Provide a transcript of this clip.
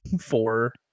four